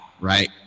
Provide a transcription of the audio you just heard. right